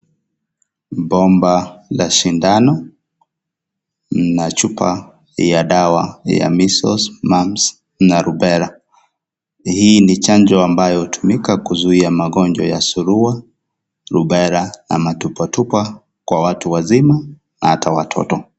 Bomba la sindano na chupa ya dawa ya measles , mumps, na rubella. Hii ni chanjo ambayo hutumika kuzuia magonjwa ya surua, (CS)rubella(CS), ama tupwatupwa kwa watu wazima na hata watoto.